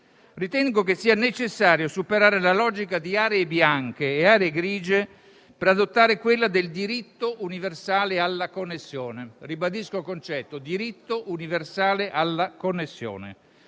ritengo che sia necessario superare la logica di aree bianche e aree grigie per adottare quella del diritto universale alla connessione - ribadisco il concetto: diritto universale alla connessione